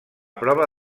prova